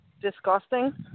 disgusting